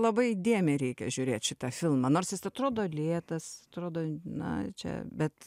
labai įdėmiai reikia žiūrėt šitą filmą nors jis atrodo lėtas atrodo na čia bet